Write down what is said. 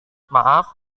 maaf